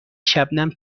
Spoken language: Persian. شبنم